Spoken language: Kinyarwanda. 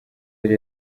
yari